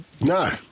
no